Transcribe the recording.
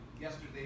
yesterday